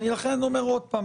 לכן אני אומר שוב,